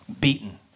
beaten